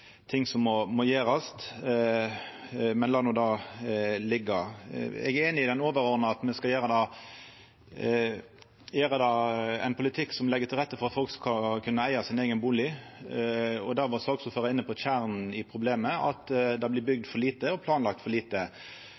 som må gjerast. Men la no det liggja. Eg er einig i det overordna, at me skal ha ein politikk som legg til rette for at folk skal kunna eiga sin eigen bustad, og der var saksordføraren inne på kjernen i problemet, at det blir bygd for lite og planlagt for lite.